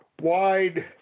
wide